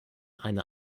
eine